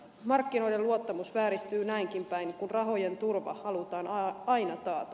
markkinoiden luottamus vääristyy näinkin päin kun rahojen turva halutaan aina taata